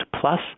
plus